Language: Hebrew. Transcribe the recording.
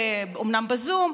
אומנם בזום,